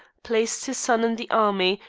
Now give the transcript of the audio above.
placed his son in the army,